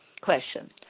question